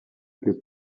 que